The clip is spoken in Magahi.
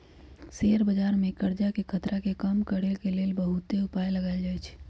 शेयर बजार में करजाके खतरा के कम करए के लेल बहुते उपाय लगाएल जाएछइ